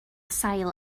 sail